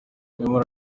nyamara